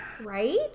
Right